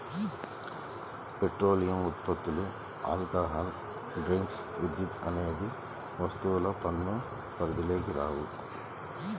petroleum ఉత్పత్తులు, alcohol drinks, విద్యుత్ అనేవి వస్తుసేవల పన్ను పరిధిలోకి రావు